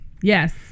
Yes